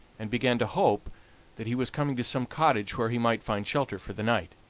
and began to hope that he was coming to some cottage where he might find shelter for the night.